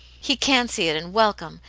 he can see it, and welcome.